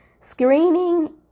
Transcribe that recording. Screening